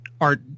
art